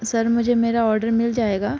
سر مجھے میرا آڈر مل جائے گا